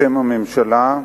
בשם הממשלה,